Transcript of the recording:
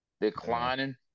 declining